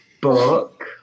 book